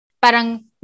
parang